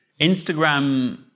Instagram